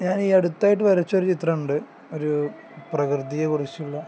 ഞാനീ അടുത്തായിട്ട് വരച്ച ഒരു ചിത്രം ഉണ്ട് ഒരു പ്രകൃതിയെ കുറിച്ചുള്ള